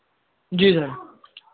जी sir